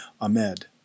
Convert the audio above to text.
Ahmed